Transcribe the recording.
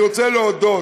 אני רוצה להודות